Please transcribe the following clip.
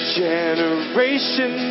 generation